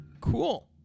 cool